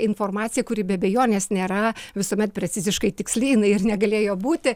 informacija kuri be abejonės nėra visuomet preciziškai tiksli jinai ir negalėjo būti